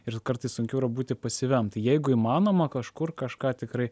ir kartais sunkiau yra būti pasyviam tai jeigu įmanoma kažkur kažką tikrai